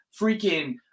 freaking